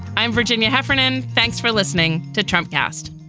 i'm virginia heffernan. thanks for listening to trump cast